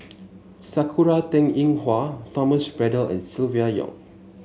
Sakura Teng Ying Hua Thomas Braddell and Silvia Yong